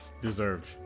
deserved